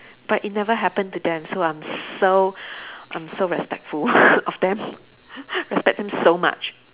but it never happen to them so I'm so I'm so respectful of them respect them so much